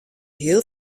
hiel